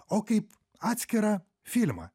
o kaip atskirą filmą